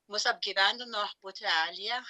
mus apgyvendino butelyje